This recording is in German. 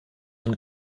und